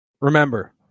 Remember